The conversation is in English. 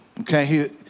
okay